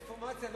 באינפורמציה,